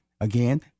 Again